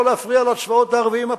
לא להפריע לצבאות הערביים הפולשים,